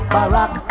Barack